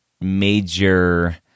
major